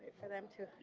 for them to